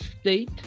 state